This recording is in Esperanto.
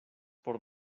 por